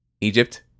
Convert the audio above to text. egypt